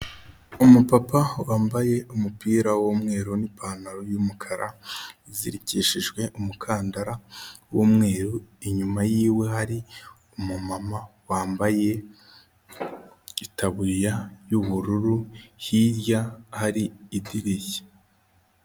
Umupapa wambaye umupira w'umweru n'ipantaro y'umukara izirikishijwe umukandara w'umweru, inyuma yiwe hari umumama wambaye itaburiya y'ubururu, hirya hari idirishya.